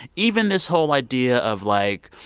even this whole idea of, like,